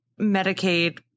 Medicaid